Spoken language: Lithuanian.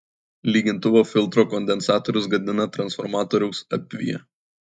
lygintuvo filtro kondensatorius gadina transformatoriaus apviją